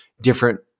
different